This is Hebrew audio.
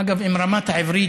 אגב, אם רמת העברית